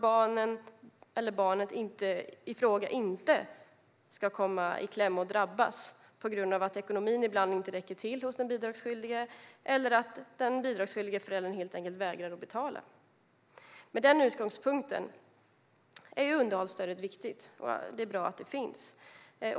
Barnet eller barnen i fråga ska inte komma i kläm och drabbas på grund av att ekonomin ibland inte räcker till hos den bidragsskyldiga eller att den bidragsskyldiga föräldern helt enkelt vägrar att betala. Med denna utgångspunkt är underhållsstödet viktigt, och det är bra att det finns.